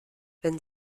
wenn